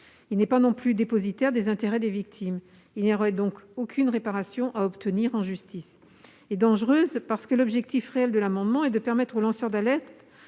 Il n'est pas non plus dépositaire des intérêts des victimes. Il n'aurait donc aucune réparation à obtenir en justice. Dangereuse, parce que l'objet réel de l'amendement est de permettre au lanceur d'alerte